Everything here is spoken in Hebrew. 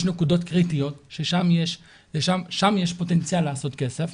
יש נקודות קריטיות, ששם יש פוטנציאל לעשות כסף,